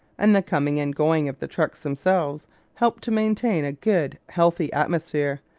and the coming and going of the trucks themselves help to maintain a good, healthy atmosphere,